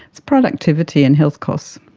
it's productivity and health costs.